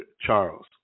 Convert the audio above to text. Charles